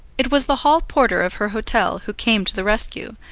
it was the hall porter of her hotel who came to the rescue,